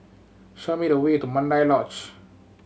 show me the way to Mandai Lodge